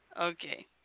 Okay